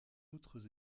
autres